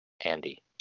Andy